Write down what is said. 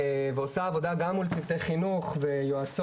ועושה עבודה גם מול צוותי חינוך ויועצות